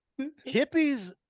hippies